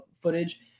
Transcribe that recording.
footage